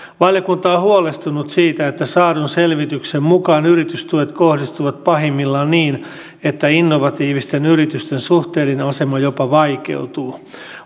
valiokunta on huolestunut siitä että saadun selvityksen mukaan yritystuet kohdistuvat pahimmillaan niin että innovatiivisten yritysten suhteellinen asema jopa vaikeutuu